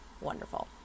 Wonderful